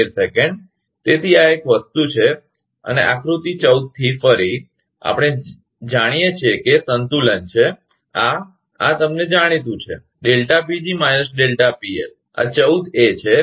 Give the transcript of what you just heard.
તેથી આ એક વસ્તુ છે અને આકૃતિ 14 થી ફરી આપણે જાણીએ છીએ કે સંતુલન છે આ આ તમને જાણીતું છે આ 14 એ છે